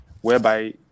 whereby